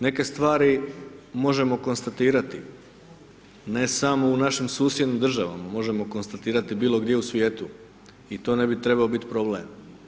Neke stvari možemo konstatirati, ne samo u našim susjednim državama, možemo konstatirati bilo gdje u svijetu i to ne bi trebao biti problem.